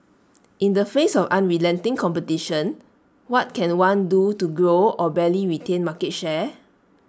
in the face of unrelenting competition what can one do to grow or barely retain market share